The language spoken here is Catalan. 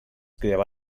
cridava